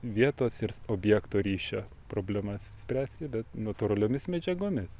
vietos ir objekto ryšio problemas spręsti bet natūraliomis medžiagomis